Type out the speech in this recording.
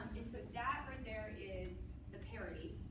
and so that right there is the parity,